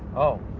oh,